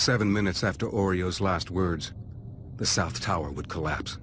seven minutes after oreos last words the south tower would collapse